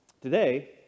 Today